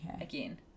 again